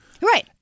Right